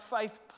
faith